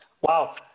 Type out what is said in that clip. Wow